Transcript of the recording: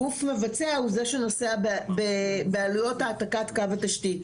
גוף מבצע הוא זה שנושא בעלויות העתקת קו התשתית.